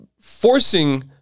forcing